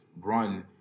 run